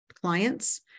client's